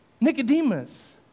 Nicodemus